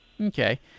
Okay